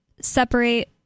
separate